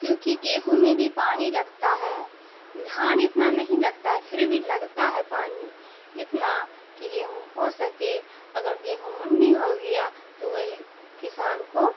کیونکہ گیہوں میں بھی پانی لگتا ہے دھان اتنا نہیں لگتا ہے پھر بھی لگتا ہے پانی اتنا کہ گیہوں ہو سکے اگر گیہوں منی ہو گیا تو وہی کسان کو